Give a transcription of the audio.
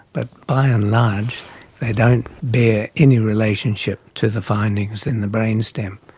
but by and large they don't bear any relationship to the findings in the brain stem.